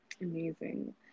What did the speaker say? Amazing